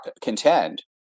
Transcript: contend